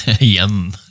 Yum